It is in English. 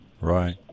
Right